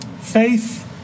faith